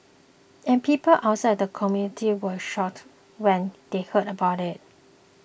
and people outside the community are shocked when they hear about it